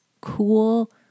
cool